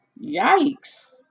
yikes